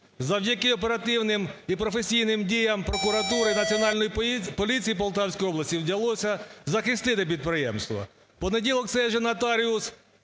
Завдяки оперативним і професійним діям прокуратури Національної поліції Полтавської області вдалося захистити підприємство.